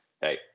hey